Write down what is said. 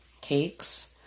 cakes